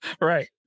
Right